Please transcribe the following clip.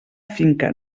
finca